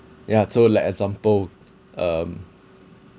ya so like example um